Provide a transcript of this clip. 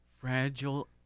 Fragile